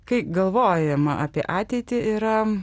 kai galvojama apie ateitį yra